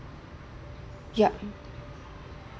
yup